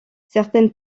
certaines